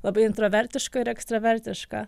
labai intravertiška ir ekstravertiška